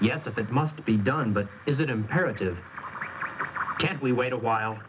yes if it must be done but is it imperative that we wait a while